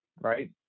right